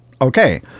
okay